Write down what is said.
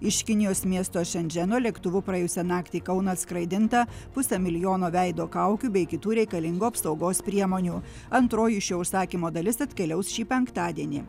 iš kinijos miesto šendženo lėktuvu praėjusią naktį į kauną atskraidinta pusė milijono veido kaukių bei kitų reikalingų apsaugos priemonių antroji šio užsakymo dalis atkeliaus šį penktadienį